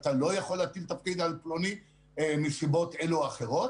אתה לא יכול להטיל תפקיד על פלוני מסיבות אלה ואחרות